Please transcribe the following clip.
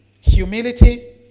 humility